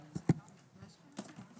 בבקשה.